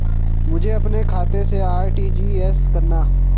मुझे अपने खाते से आर.टी.जी.एस करना?